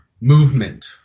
movement